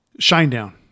Shinedown